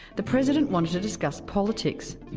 the president wanted to discuss politics,